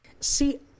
See